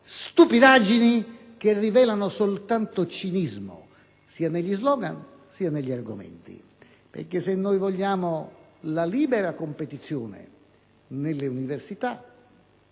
stupidaggini che rivelano soltanto cinismo, sia negli *slogan*, sia negli argomenti. Se noi vogliamo la libera competizione nelle università